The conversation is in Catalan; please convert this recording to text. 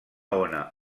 ona